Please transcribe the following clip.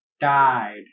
died